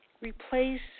Replace